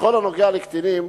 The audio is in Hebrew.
בכל הנוגע לקטינים,